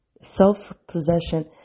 self-possession